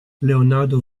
leonardo